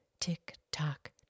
Tick-tock